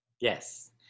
Yes